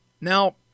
Now